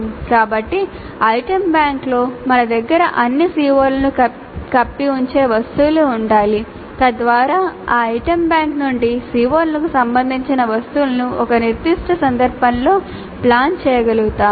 కాబట్టి ఐటెమ్ బ్యాంక్లో మన దగ్గర అన్ని COలను కప్పి ఉంచే వస్తువులు ఉండాలి తద్వారా ఆ ఐటమ్ బ్యాంక్ నుండి COలకు సంబంధించిన వస్తువులను ఒక నిర్దిష్ట సందర్భంలో ప్లాన్ చేయగలుగుతాము